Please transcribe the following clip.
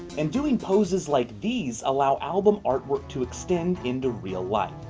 and doing poses like these allow album artwork to extend in the real life,